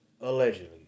Allegedly